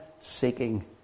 seeking